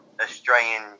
Australian